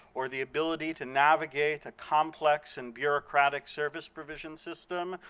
or the ability to navigate a complex and bureaucratic service provision system,